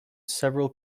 several